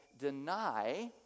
deny